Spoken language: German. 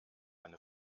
eine